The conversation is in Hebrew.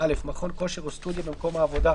מכון כושר או סטודיו במקום העבודה,